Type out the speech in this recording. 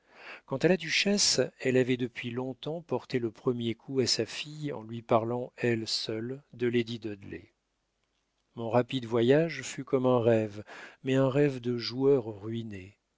quant à la duchesse elle avait depuis long-temps porté le premier coup à sa fille en lui parlant elle seule de lady dudley mon rapide voyage fut comme un rêve mais un rêve de joueur ruiné